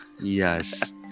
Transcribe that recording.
yes